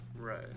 right